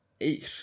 eight